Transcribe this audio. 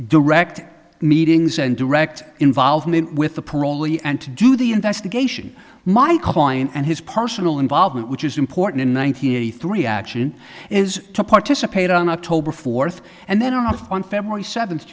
direct meetings and direct involvement with the parolee and to do the investigation my client and his personal involvement which is important in one nine hundred eighty three action is to participate on october fourth and then are on february seventh